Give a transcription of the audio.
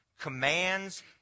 commands